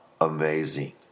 amazing